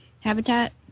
habitat